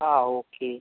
ആ ഓക്കെ